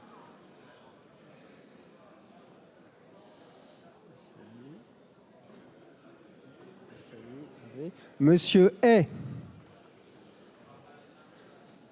Monsieur le